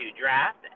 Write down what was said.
draft